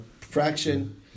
fraction